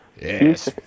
Yes